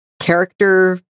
character